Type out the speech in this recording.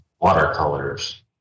watercolors